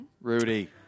Rudy